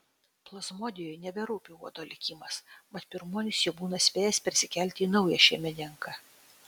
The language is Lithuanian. plazmodijui neberūpi uodo likimas mat pirmuonis jau būna spėjęs persikelti į naują šeimininką